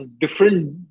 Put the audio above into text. different